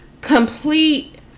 complete